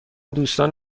دوستان